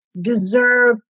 deserve